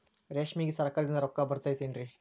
ರೇಷ್ಮೆಗೆ ಸರಕಾರದಿಂದ ರೊಕ್ಕ ಬರತೈತೇನ್ರಿ?